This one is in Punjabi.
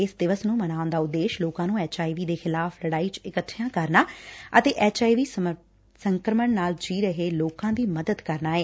ਇਸ ਦਿਵਸ ਨੁੰ ਮਨਾਉਣ ਦਾ ਉਦੇਸ਼ ਲੋਕਾਂ ਨੁੰ ਐਚ ਆਈ ਵੀ ਦੇ ਖਿਲਾਫ਼ ਲੜਾਈ ਚ ਇਕੱਠਿਆ ਕਰਨਾ ਅਤੇ ਐਚ ਆਈ ਵੀ ਸੰਕਰਮਣ ਨਾਲ ਜੀ ਰਹੇ ਲੋਕਾਂ ਦੀ ਮਦਦ ਕਰਨਾ ਏ